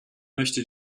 möchte